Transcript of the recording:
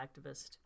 activist